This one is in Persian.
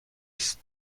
است